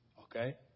Okay